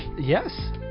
Yes